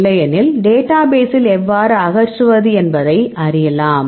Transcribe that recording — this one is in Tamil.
இல்லையெனில் டேட்டாபேஸில் எவ்வாறு அகற்றுவது என்பதை அறியலாம்